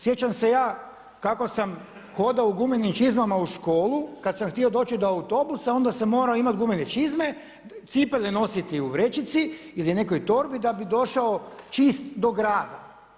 Sjećam se ja kako sam hodao u gumenim čizmama u školu kad sam htio doći do autobusa, onda sam morao imati gumene čizme, cipele nositi u vrećici ili nekoj torbi da bi došao čist do grada.